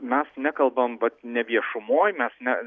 mes nekalbam vat ne viešumoje mes ne